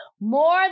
more